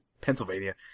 Pennsylvania